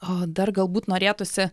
o dar galbūt norėtųsi